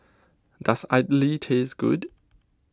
does Idly taste good